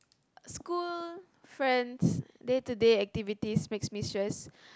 school friends day to day activities makes me stress